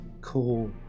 Cool